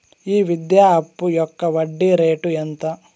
ఈ విద్యా అప్పు యొక్క వడ్డీ రేటు ఎంత?